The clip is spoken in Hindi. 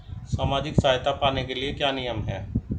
सामाजिक सहायता पाने के लिए क्या नियम हैं?